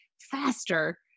faster